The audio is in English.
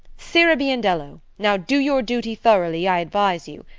sirrah biondello, now do your duty throughly, i advise you.